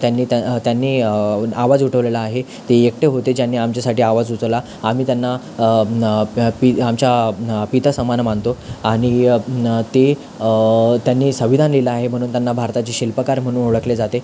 त्यांनी त्या त्यांनी आवाज उठवलेला आहे ते एकटे होते ज्यांनी आमच्यासाठी आवाज उचलला आम्ही त्यांना पि आमच्या पित्यासमान मानतो आणि ते त्यांनी संविधान लिहिलं आहे म्हणून त्यांना भारताचे शिल्पकार म्हणून ओळखले जाते